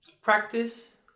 practice